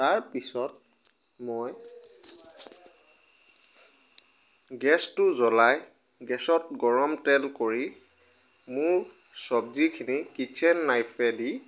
তাৰপিছত মই গেছটো জ্ৱলাই গেছত গৰম তেল কৰি মোৰ চবজিখিনি কিট্চ্ছেন নাইফেদি